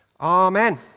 Amen